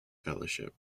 fellowship